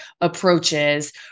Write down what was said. approaches